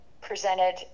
presented